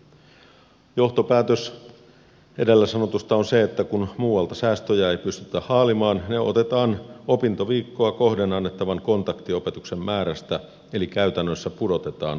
johtopäätös edellä sanotusta on se että kun säästöjä ei muualta pystytä haalimaan ne otetaan opintoviikkoa kohden annettavan kontaktiopetuksen määrästä eli käytännössä pudotetaan opetuksen tasoa